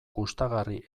gustagarri